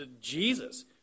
Jesus